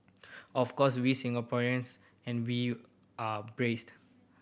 of course we Singaporeans and we are brassed